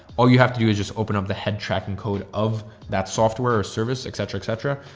all you have to do is just open up the head tracking code of that software or service, et cetera, et cetera.